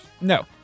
No